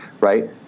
right